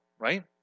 right